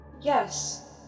yes